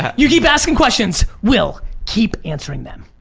yeah you keep asking questions! we'll keep answering them.